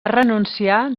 renunciar